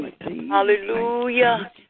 Hallelujah